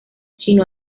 chino